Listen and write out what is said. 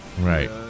Right